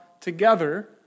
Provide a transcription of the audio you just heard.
together